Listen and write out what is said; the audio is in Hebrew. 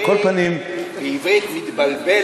בעברית, מתבלבל